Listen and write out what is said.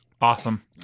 Awesome